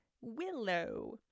willow